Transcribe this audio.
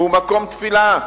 הוא מקום תפילה,